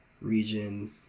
region